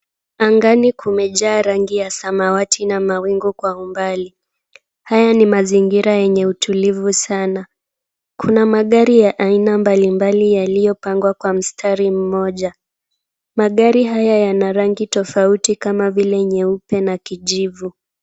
Angani kumejaa rangi ya samawati na mawingu kwa umbali. Haya ni mazingira yenye utulivu sana. Kuna magari ya aina mbali mbali yaliyopangwa kwa mstari mmoja. Magari haya yana rangi tofauti kama vile nyeupe na kijivu.